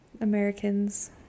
Americans